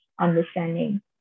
understanding